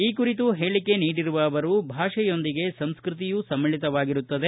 ಈ ಕುರಿತು ಹೇಳಿಕೆ ನೀಡಿರುವ ಅವರು ಭಾಷೆಯೊಂದಿಗೆ ಸಂಸ್ಟ್ರಕಿಯೂ ಸಮ್ನಿಳಿತವಾಗಿರುತ್ತದೆ